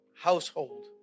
household